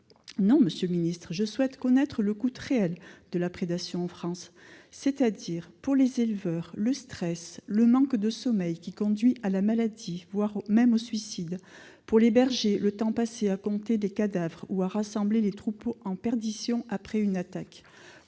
écologique et solidaire : je souhaite connaître le coût réel de la prédation, lié, pour les éleveurs, au stress, au manque de sommeil qui conduit à la maladie, voire au suicide, pour les bergers, au temps passé à compter les cadavres ou à rassembler les troupeaux en perdition après une attaque,